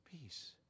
Peace